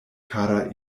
kara